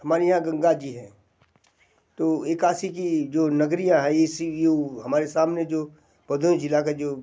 हमारे यहाँ गंगा जी हैं तो ये काशी की जो नगरिया है ऐसे ये हमारे सामने जो भदोही ज़िले का जो